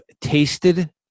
tasted